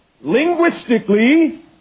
Linguistically